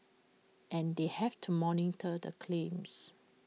and they have to monitor the claims